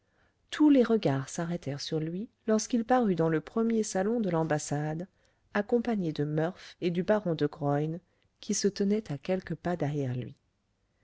tous les regards s'arrêtèrent sur lui lorsqu'il parut dans le premier salon de l'ambassade accompagné de murph et du baron de graün qui se tenaient à quelques pas derrière lui